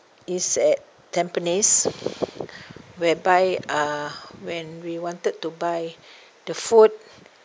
it's at tampines whereby uh when we wanted to buy the food